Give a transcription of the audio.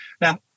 Now